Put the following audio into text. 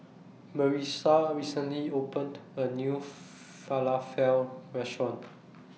Marissa recently opened A New Falafel Restaurant